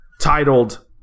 titled